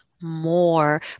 more